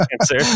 answer